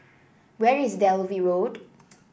where is Dalvey Road